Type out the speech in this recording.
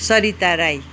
Sarita Rai